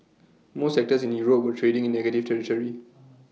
most sectors in Europe were trading in negative territory